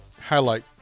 highlight